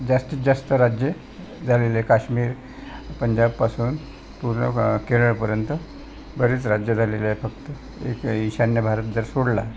जास्तीत जास्त राज्ये झालेले आहे काश्मीर पंजाबपासून पूर्ण केरळपर्यंत बरेच राज्यं झालेले आहे फक्त एक ईशान्य भारत जर सोडला